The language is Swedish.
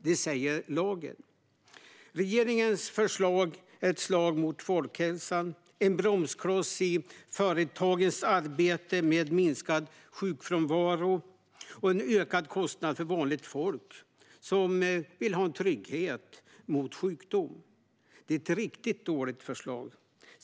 Det säger lagen. Regeringens förslag är ett slag mot folkhälsan, en bromskloss i företagens arbete för minskad sjukfrånvaro och en ökad kostnad för vanligt folk som vill ha en trygghet mot sjukdom. Det är ett riktigt dåligt förslag.